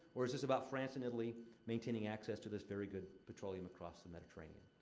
or is this about france and italy maintaining access to this very good petroleum across the mediterranean?